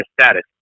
status